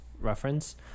Reference